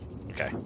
Okay